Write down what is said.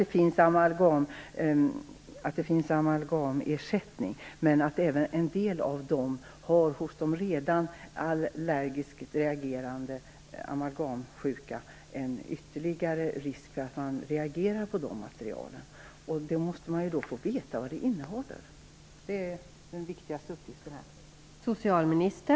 Det finns alltså amalgamersättning, men det finns risk för att de redan allergiskt reagerande amalgamsjuka reagerar även på dessa material. Då måste man få veta vad de innehåller. Det är den viktigaste uppgiften här.